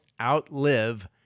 outlive